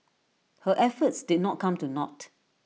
her efforts did not come to naught